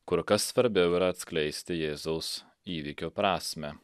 kur kas svarbiau yra atskleisti jėzaus įvykių prasmę